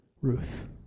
Ruth